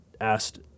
asked